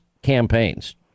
Campaigns